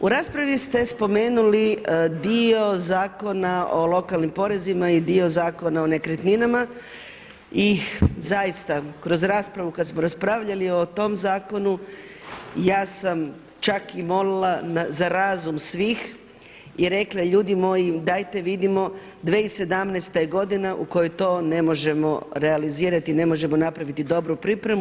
U raspravi ste spomenuli dio Zakona o lokalnim porezima i dio Zakona o nekretninama, i zaista kroz raspravu kad smo raspravljali o tom zakonu, ja sam čak i molila za razum svih i rekla: Ljudi moji, dajte vidimo, 2017. je godina u kojoj to ne možemo realizirati, ne možemo napraviti dobru pripremu.